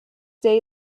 day